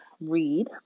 read